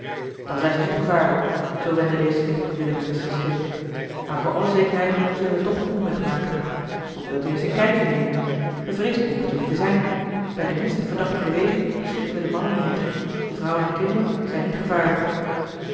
dan zijn ze niet gevaarlijk zoo wendde deze zich tot willem en mr stake maar voor alle zekerheid zullen we toch een omweg maken of wilt u eens een kijkje nemen bevreesd behoeft u niet te zijn bij de minste verdachte beweging schieten we de mannen neer de vrouwen en kinderen zijn niet gevaarlijk